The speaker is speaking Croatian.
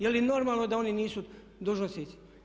Je li normalno da oni nisu dužnosnici?